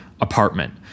apartment